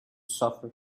suffer